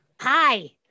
Hi